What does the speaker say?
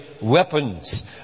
weapons